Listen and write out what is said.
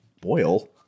Boil